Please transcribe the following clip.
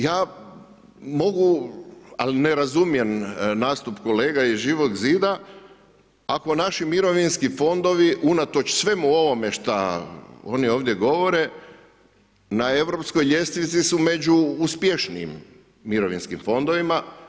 Ja mogu, ali ne razumijem nastup kolega iz Živog zida ako naši mirovinski fondovi unatoč svemu ovome šta oni ovdje govore na europskoj ljestvici su među uspješnijim mirovinskim fondovima.